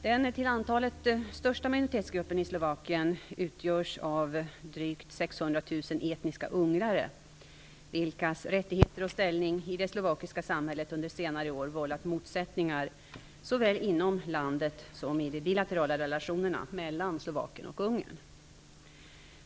Den till antalet största minoritetsgruppen i Slovakien utgörs av drygt 600 000 etniska ungrare, vilkas rättigheter och ställning i det slovakiska samhället under senare år vållat motsättningar såväl inom landet som i de bilaterala relationerna mellan Slovakien och Ungern.